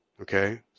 Okay